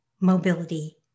mobility